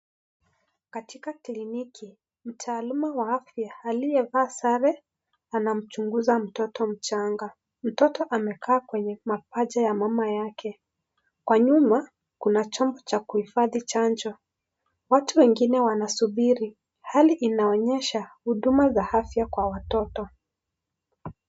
Katika kliniki mtaaluma wa afya aliyevaa sare anamchunguza mtoto mchanga, mtoto amekaa kwenye mapaja ya mama yake. Kwa nyuma kuna chombo cha kuifadhi chanjo watu wengine wanasubiri hali inaonyesha huduma za afya kwa watoto .